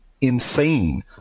insane